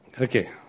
Okay